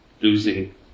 losing